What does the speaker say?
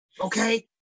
okay